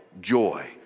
joy